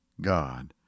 God